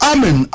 Amen